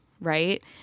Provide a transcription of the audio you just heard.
right